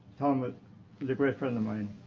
tom ah was a great friend of mine.